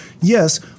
yes